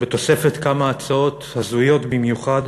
בתוספת כמה הצעות הזויות במיוחד,